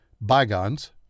Bygones